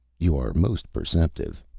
you are most perceptive.